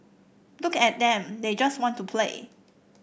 look at them they just want to play